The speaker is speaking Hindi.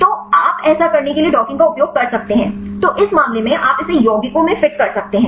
तो आप ऐसा करने के लिए डॉकिंग का उपयोग कर सकते हैं तो इस मामले में आप इसे यौगिकों में फिट कर सकते हैं